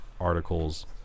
articles